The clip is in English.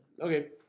Okay